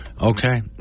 Okay